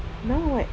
now [what]